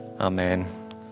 Amen